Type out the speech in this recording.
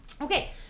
Okay